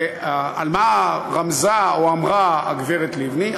על מה רמזה, או אמרה הגברת לבני?